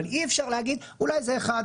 אבל אי אפשר להגיד אולי זה אחד,